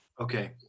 Okay